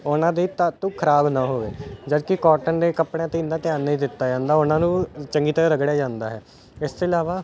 ਉਹਨਾਂ ਦੇ ਧਾਤੂ ਖਰਾਬ ਨਾ ਹੋਵੇ ਜਦਕਿ ਕਾਟਨ ਦੇ ਕੱਪੜਿਆਂ 'ਤੇ ਇੰਨਾ ਧਿਆਨ ਨਹੀਂ ਦਿੱਤਾ ਜਾਂਦਾ ਉਹਨਾਂ ਨੂੰ ਚੰਗੀ ਤਰ੍ਹਾਂ ਰਗੜਿਆ ਜਾਂਦਾ ਹੈ ਇਸ ਤੋਂ ਇਲਾਵਾ